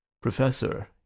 Professor